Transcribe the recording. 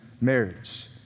marriage